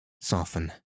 soften